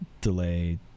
delay